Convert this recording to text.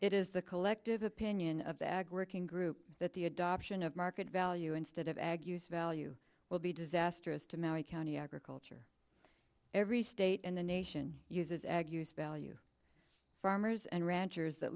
it is the collective opinion of the ag working group that the adoption of market value instead of ag use value will be disastrous to maui county agriculture every state in the nation uses ag use value farmers and ranchers